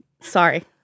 sorry